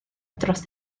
dros